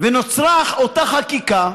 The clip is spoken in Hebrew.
ונוצרה אותה חקיקה: